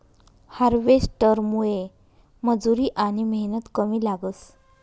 हार्वेस्टरमुये मजुरी आनी मेहनत कमी लागस